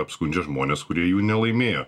apskundžia žmonės kurie jų nelaimėjo